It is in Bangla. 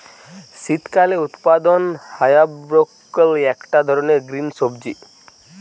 শীতকালে উৎপাদন হায়া ব্রকোলি একটা ধরণের গ্রিন সবজি